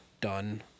done